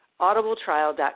audibletrial.com